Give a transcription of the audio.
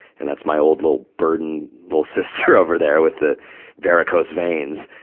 and that's my old little burden little sister over there, with the varicose veins.